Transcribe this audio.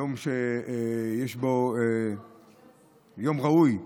יום ראוי לתפילה,